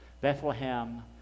Bethlehem